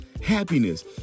happiness